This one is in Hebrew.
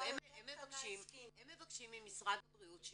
הם מבקשים ממשרד בריאות